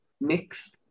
mix